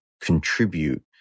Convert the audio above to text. contribute